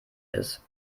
ist